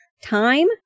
time